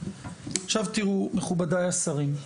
עכשיו תראו מכובדי השרים,